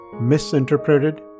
misinterpreted